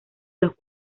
los